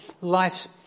life's